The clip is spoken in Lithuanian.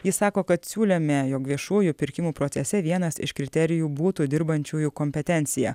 jis sako kad siūlėme jog viešųjų pirkimų procese vienas iš kriterijų būtų dirbančiųjų kompetencija